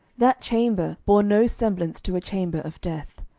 that chamber bore no semblance to a chamber of death.